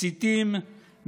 מסיתים,